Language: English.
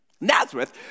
Nazareth